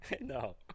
No